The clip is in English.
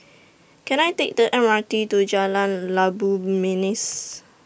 Can I Take The M R T to Jalan Labu Manis